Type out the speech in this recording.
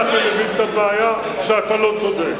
כמה אתה מבין את הבעיה שאתה לא צודק.